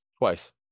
Twice